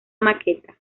maqueta